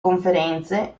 conferenze